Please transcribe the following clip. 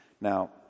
Now